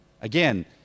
Again